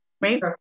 Right